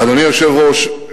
אדוני היושב-ראש,